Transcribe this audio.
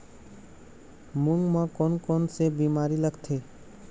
मूंग म कोन कोन से बीमारी लगथे?